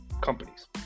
companies